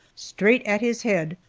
straight at his head,